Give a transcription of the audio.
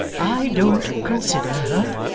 i don't consider her!